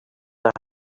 their